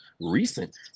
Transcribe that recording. recent